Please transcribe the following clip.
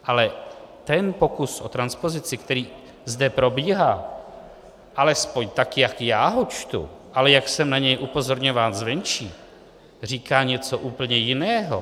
Ale ten pokus o transpozici, který zde probíhá, alespoň tak jak já ho čtu, ale jak jsem na něj upozorňován zvenčí, říká něco úplně jiného.